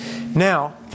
Now